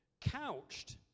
Couched